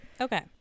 Okay